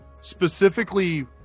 specifically